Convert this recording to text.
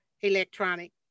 electronic